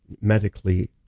medically